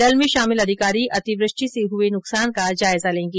दल में शामिल अधिकारी अतिवृष्टि से हुए नुकसान का जायजा लेंगे